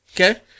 Okay